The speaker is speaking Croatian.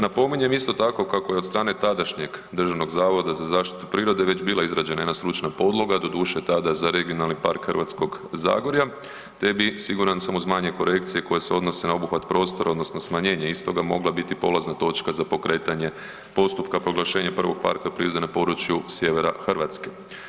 Napominjem isto tako kako je od strane tadašnjeg Državnog zavoda za zaštitu prirode već bila izrađena jedna stručna podloga doduše tada za regionalni park Hrvatskog zagorja te bi siguran sam uz manje korekcije koje se odnose na obuhvat prostora odnosno smanjenje istoga mogla biti polazna točka za pokretanje postupka proglašenja prvog parka prirode na području sjevera Hrvatske.